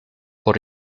por